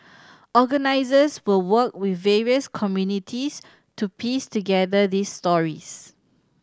organisers will work with various communities to piece together these stories